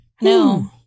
No